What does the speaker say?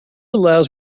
allows